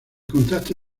contacto